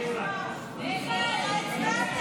18, כהצעת